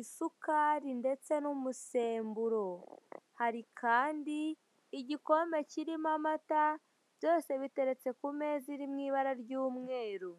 isukari ndetse n'umusemburo. Hari kandi igikombe kirimo amata, byose biteretse ku meza iri mu ibara ry'umweru.